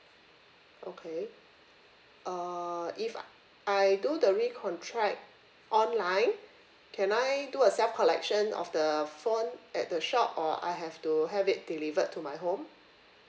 okay uh if I do the recontract online can I do a self collection of the phone at the shop or I have to have it delivered to my home